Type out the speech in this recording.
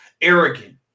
arrogant